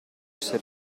essere